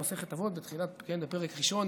במסכת אבות בפרק הראשון,